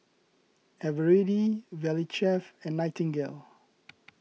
Eveready Valley Chef and Nightingale